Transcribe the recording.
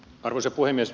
arvoisa puhemies